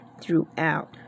throughout